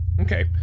Okay